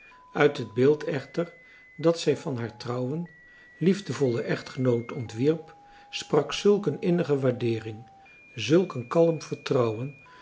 uit het beeld echter dat zij van haar trouwen liefdevollen echtgenoot ontwierp sprak zulk een innige waardeering zulk een kalm vertrouwen